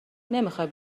نمیخوای